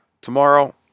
Tomorrow